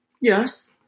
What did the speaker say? Yes